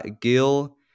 Gil